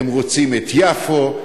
הם רוצים את יפו.